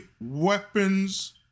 weapons